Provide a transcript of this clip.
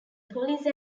police